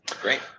Great